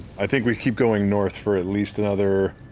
i think we keep going north for at least another,